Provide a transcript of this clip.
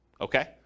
okay